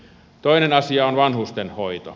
toinen asia on vanhustenhoito